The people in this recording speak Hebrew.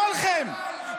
כולכם,